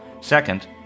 Second